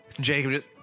Jacob